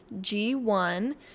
G1